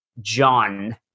John